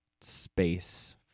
space